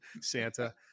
Santa